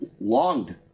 longed